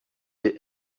des